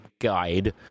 guide